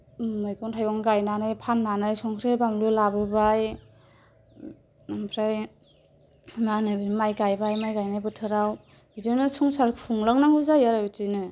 मैगं थाइगं गायनानै फाननानै संख्रै बानलु लाबोबाय ओमफ्राय मा होनो बे माइ गायबाय माइ गायनाय बोथोराव बिदिनो संसार खुंलांनांगौ जायो आरो बिदिनो